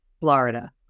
Florida